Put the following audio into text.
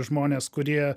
žmones kurie